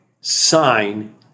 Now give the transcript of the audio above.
sign